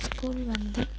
school வந்து